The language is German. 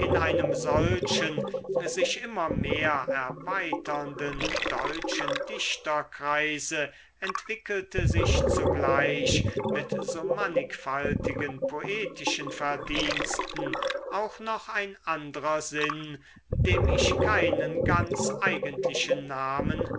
einem solchen sich immer mehr erweiternden deutschen dichterkreise entwickelte sich zugleich mit so mannigfaltigen poetischen verdiensten auch noch ein anderer sinn dem ich keinen ganz eigentlichen namen